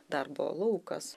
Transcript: darbo laukas